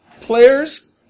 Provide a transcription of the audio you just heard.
players